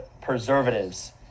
preservatives